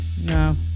no